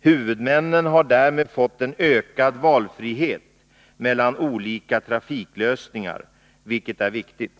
Huvudmännen har därmed fått en ökad valfrihet mellan olika trafiklösningar, vilket är viktigt.